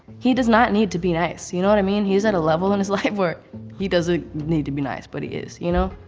he does not need to be nice, you know what i mean? he's at a level in his life where he doesn't ah need to be nice, but he is, you know?